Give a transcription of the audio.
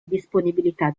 disponibilità